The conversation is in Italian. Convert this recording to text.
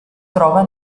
trova